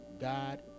god